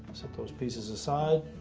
set those pieces aside.